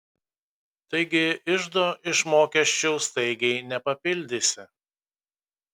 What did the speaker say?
taigi iždo iš mokesčių staigiai nepapildysi